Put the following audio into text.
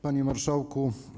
Panie Marszałku!